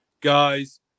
guys